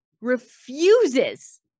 refuses